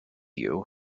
you